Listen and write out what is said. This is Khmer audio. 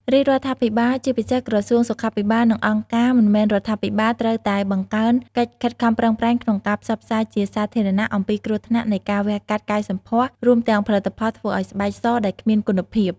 រាជរដ្ឋាភិបាល ជាពិសេសក្រសួងសុខាភិបាល និងអង្គការមិនមែនរដ្ឋាភិបាល ត្រូវតែបង្កើនកិច្ចខិតខំប្រឹងប្រែងក្នុងការផ្សព្វផ្សាយជាសាធារណៈអំពីគ្រោះថ្នាក់នៃការវះកាត់កែសម្ផស្ស រួមទាំងផលិតផលធ្វើឱ្យស្បែកសដែលគ្មានគុណភាព។